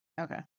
Okay